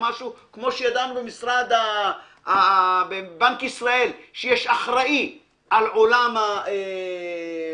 כמו שידענו בבנק ישראל שיש אחראי על עולם הפרטיות,